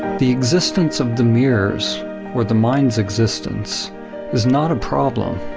the existence of the mirrors or the minds existence is not a problem.